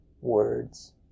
words